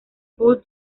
paul